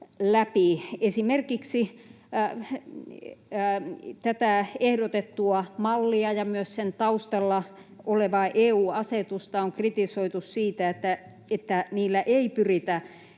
läpi. Tätä ehdotettua mallia ja myös sen taustalla olevaa EU-asetusta on kritisoitu esimerkiksi siitä, että niillä ei pyritä